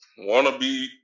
wannabe